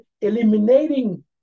eliminating